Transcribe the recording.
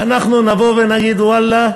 ואנחנו נבוא ונגיד: ואללה,